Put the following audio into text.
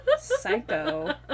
Psycho